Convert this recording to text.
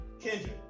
Kendrick